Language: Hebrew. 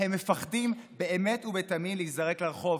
הם מפחדים באמת ובתמים להיזרק לרחוב.